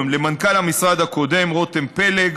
למנכ"ל המשרד הקודם רותם פלג,